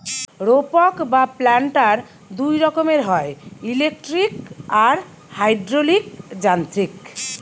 রোপক বা প্ল্যান্টার দুই রকমের হয়, ইলেকট্রিক আর হাইড্রলিক যান্ত্রিক